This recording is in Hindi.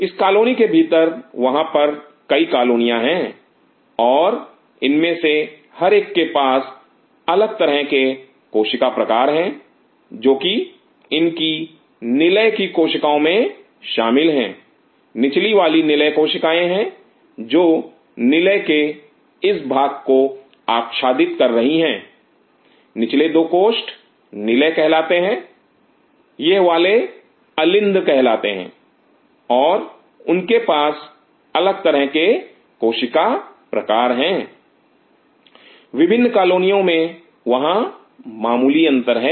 इस कॉलोनी के भीतर वहां पर कई कालोनियां हैं और इनमें से हर एक के पास अलग तरह के कोशिका प्रकार हैं जो कि इनकी निलय की कोशिकाओं में शामिल है निचली वाली निलय कोशिकाएं हैं जो निलय के इस भाग को आच्छादित कर रही हैं निचले दो कोष्ठ निलय कहलाते हैं यह वाले अलिंद कहलाते हैं और उनके पास अलग तरह के कोशिका प्रकार हैं विभिन्न कालोनियों में वहां बहुत मामूली अंतर हैं